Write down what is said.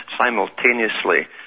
simultaneously